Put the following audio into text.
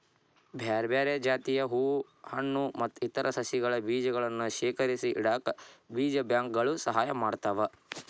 ಬ್ಯಾರ್ಬ್ಯಾರೇ ಜಾತಿಯ ಹೂ ಹಣ್ಣು ಮತ್ತ್ ಇತರ ಸಸಿಗಳ ಬೇಜಗಳನ್ನ ಶೇಖರಿಸಿಇಡಾಕ ಬೇಜ ಬ್ಯಾಂಕ್ ಗಳು ಸಹಾಯ ಮಾಡ್ತಾವ